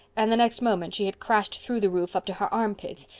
and the next moment she had crashed through the roof up to her armpits,